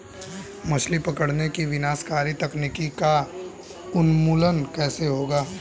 मछली पकड़ने की विनाशकारी तकनीक का उन्मूलन कैसे होगा?